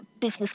business